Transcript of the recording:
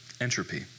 Entropy